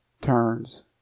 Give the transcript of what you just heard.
turns